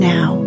Now